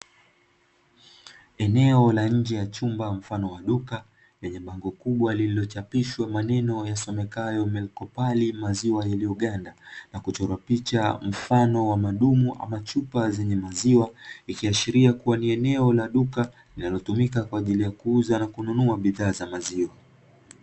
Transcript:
Eneo na nje ya chumba mfano wa duka lenye bango kubwa lililochapishwa maneno yasomekayo "Milcopal" maziwa yaliyoganda, na kuchorwa picha mfano wa madumu ama chupa zenye maziwa; ikiashiria kuwa ni eneo la duka, linalotumika kwa ajili ya kuuza na kuunua bidhaa za maziwa.